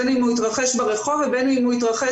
בין אם הוא התרחש ברחוב ובין אם הוא התרחש